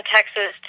Texas